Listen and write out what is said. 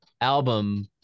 album